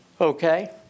Okay